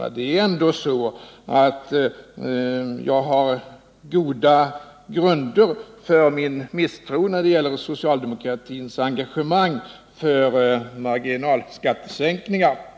Det är ändå så att jag har goda grunder för min misstro när det gäller socialdemokratins engagemang för marginalskattesänkningar.